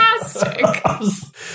fantastic